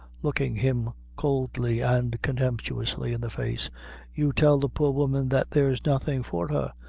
looking him coolly and contemptuously in the face you tell the poor woman that there's nothing for her.